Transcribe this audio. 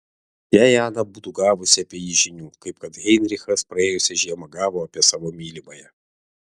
jei ana būtų gavusi apie jį žinių kaip kad heinrichas praėjusią žiemą gavo apie savo mylimąją